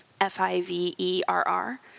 F-I-V-E-R-R